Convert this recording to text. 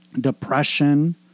depression